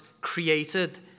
created